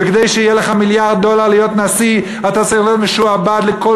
וכדי שיהיה לך מיליארד דולר להיות נשיא אתה צריך להיות משועבד לכל